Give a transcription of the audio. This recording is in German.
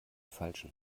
falschen